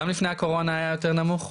גם לפני הקורונה היה יותר נמוך,